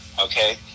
okay